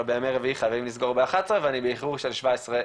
אבל בימי רביעי חייבים לסגור ב-11:00 ואני באיחור של 17 שניות.